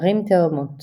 ערים תאומות